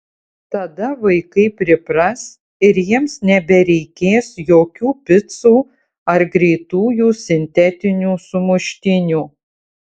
tada vaikai pripras ir jiems nebereikės jokių picų ar greitųjų sintetinių sumuštinių